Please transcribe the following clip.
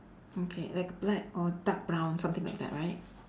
okay like black or dark brown something like that right